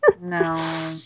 No